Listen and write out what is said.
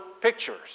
pictures